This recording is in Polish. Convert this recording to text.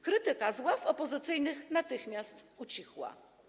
Krytyka z ław opozycyjnych natychmiast ucichła.